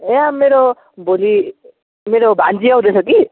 ए मेरो भोलि मेरो भान्जी आउँदैछ कि